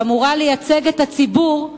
שאמורה לייצג את הציבור,